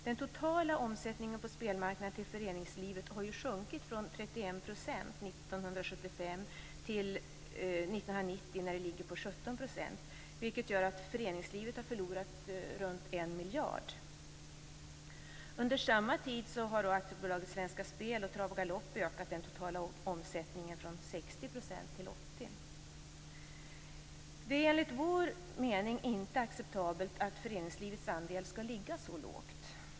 Den totala omsättningen på spelmarknaden till föreningslivet har sjunkit från 31 % år 1975 till att år 1990 ligga på 17 %. Föreningslivet har förlorat ca 1 miljard kronor. Under samma tid har AB Svenska Det är enligt vår mening inte acceptabelt att föreningslivets andel skall ligga så lågt.